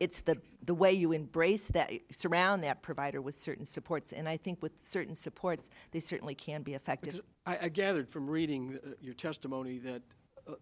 it's the the way you embrace that surround that provider with certain supports and i think with certain supports they certainly can be effective i gathered from reading your testimony that